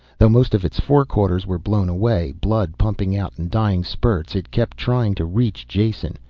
though most of its forequarters were blown away, blood pumping out in dying spurts, it kept trying to reach jason.